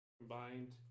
combined